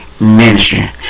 Ministry